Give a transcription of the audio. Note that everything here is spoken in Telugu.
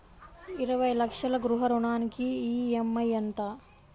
ఇరవై లక్షల గృహ రుణానికి ఈ.ఎం.ఐ ఎంత?